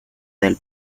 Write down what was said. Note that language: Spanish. del